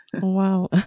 Wow